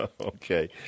Okay